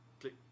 click